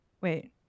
wait